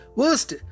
worst